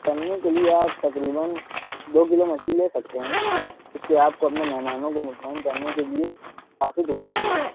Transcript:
تلنے کے لیے آپ تقریباً دو کلو مچھلی لے سکتے ہیں کیونکہ آپ کو اپنے مہمانوں کو مطمئن کرنے کے لیے کافی ٹکڑے ملیں گے